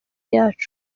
yacu